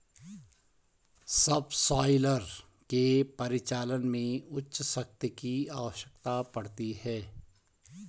subsoiler के परिचालन में उच्च शक्ति की आवश्यकता पड़ती है